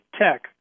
tech